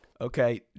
Okay